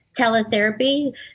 teletherapy